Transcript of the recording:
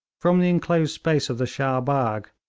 from the enclosed space of the shah bagh,